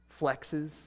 flexes